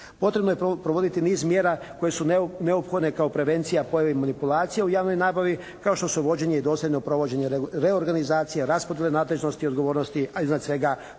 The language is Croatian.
Potrebno je provoditi niz mjera koje su neophodne kao prevencija pojavi manipulacija u javnoj nabavi kao što su vođenje i dosljedno provođenje reorganizacija, raspodjele nadležnosti i odgovornosti, a iznad svega